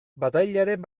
batailaren